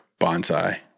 bonsai